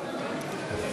לביא,